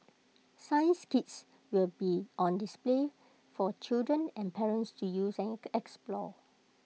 science kits will be on display for children and parents to use and explore